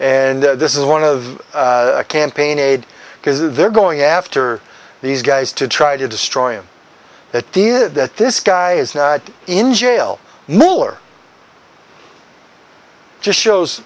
and this is one of the campaign aides because they're going after these guys to try to destroy him that did that this guy is in jail miller just shows